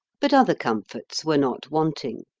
but other comforts were not wanting.